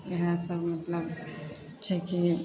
इएह सब मतलब छै कि